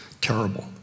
terrible